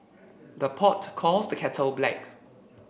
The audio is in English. the pot calls the kettle black